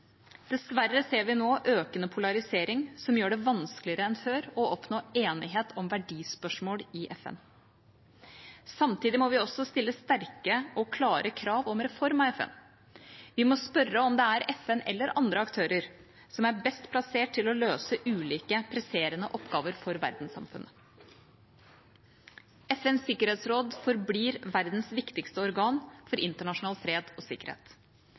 Dessverre ser vi nå økende polarisering som gjør det vanskeligere enn før å oppnå enighet om verdispørsmål i FN. Samtidig må vi også stille sterke og klare krav om reform av FN. Vi må spørre om det er FN eller andre aktører som er best plassert til å løse ulike presserende oppgaver for verdenssamfunnet. FNs sikkerhetsråd forblir verdens viktigste organ for internasjonal fred og sikkerhet.